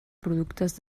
productes